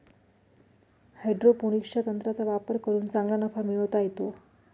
हायड्रोपोनिक्सच्या तंत्राचा वापर करून चांगला नफा मिळवता येतो